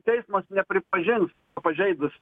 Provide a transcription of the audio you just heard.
teismas nepripažins pažeidus